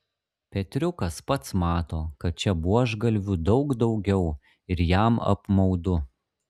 petriukas pats mato kad čia buožgalvių daug daugiau ir jam apmaudu